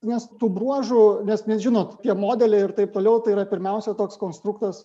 nes tų bruožų nes nežinot kokie modeliai ir taip toliau tai yra pirmiausia toks konstruktas